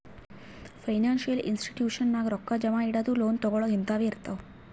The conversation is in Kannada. ಫೈನಾನ್ಸಿಯಲ್ ಇನ್ಸ್ಟಿಟ್ಯೂಷನ್ ನಾಗ್ ರೊಕ್ಕಾ ಜಮಾ ಇಡದು, ಲೋನ್ ತಗೋಳದ್ ಹಿಂತಾವೆ ಇರ್ತಾವ್